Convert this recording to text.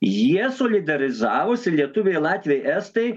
jie solidarizavosi lietuviai latviai estai